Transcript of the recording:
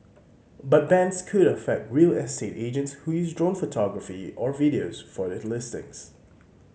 but bans could affect real estate agents who use drone photography or videos for listings